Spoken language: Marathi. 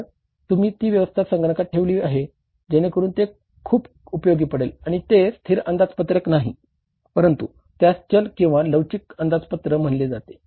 तर तुम्ही ती व्यवस्था संगणकात ठेवली आहे जेणेकरून ते खूप उपयोगी पडेल आणि ते स्थिर अंदाजपत्रक म्हणले जाते